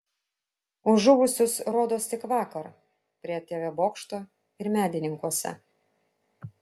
už žuvusius rodos tik vakar prie tv bokšto ir medininkuose